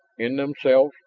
in themselves,